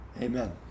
Amen